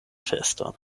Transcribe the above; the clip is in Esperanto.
feston